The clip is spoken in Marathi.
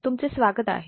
तुमचे स्वागत आहे